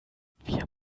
wir